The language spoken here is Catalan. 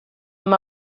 amb